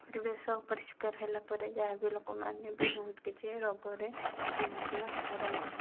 ପରିବେଶ ଅପରିଷ୍କାର ହେଲାପରେ ଯାହା ବି ଲୋକମାନେ ବି ବହୁତ କିଛି ରୋଗରେ ସମ୍ମୁଖୀନ ହୋଇପାରନ୍ତି